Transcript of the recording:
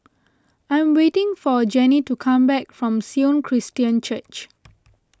I am waiting for Gennie to come back from Sion Christian Church